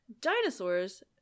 Dinosaurs